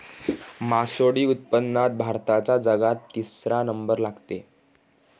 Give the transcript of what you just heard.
मासोळी उत्पादनात भारताचा जगात तिसरा नंबर लागते